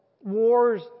wars